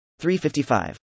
355